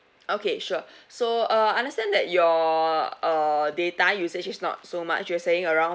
okay sure so uh understand that your uh data usage is not so much you were saying around